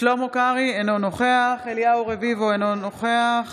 שלמה קרעי, אינו נוכח אליהו רביבו, אינו נוכח